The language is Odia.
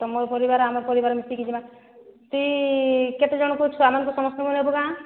ତୁମ ପରିବାର ଆମ ପରିବାର ମିଶିକି ଜିମା ତୁଇ କେତେଜଣଙ୍କୁ ଛୁଆ ମାନଙ୍କୁ ସମସ୍ତଙ୍କୁ ନେବୁ କାଁ